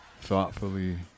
thoughtfully